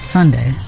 Sunday